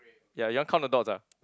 ya you want count the dots ah